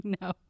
No